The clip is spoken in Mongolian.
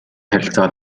харилцаа